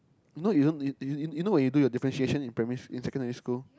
you know you don't you you you know when you do your differentiation in primary in secondary school